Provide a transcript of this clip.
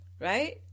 right